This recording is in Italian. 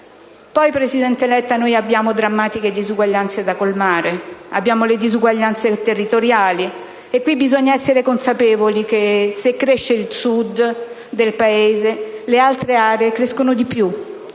Poi, presidente Letta, noi abbiamo drammatiche disuguaglianze da colmare. Abbiamo le disuguaglianze territoriali (e qui bisogna essere consapevoli che, se cresce il Sud del Paese, le altre aree crescono di più),